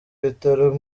ibitaro